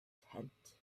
tent